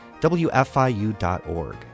WFIU.org